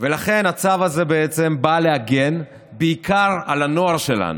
ולכן הצו הזה בא להגן בעיקר על הנוער שלנו,